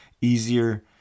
easier